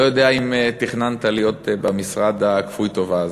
לא יודע אם תכננת להיות במשרד כפוי הטובה הזה.